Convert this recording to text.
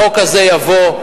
החוק הזה יבוא,